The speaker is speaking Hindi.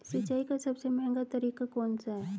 सिंचाई का सबसे महंगा तरीका कौन सा है?